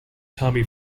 tommy